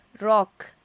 rock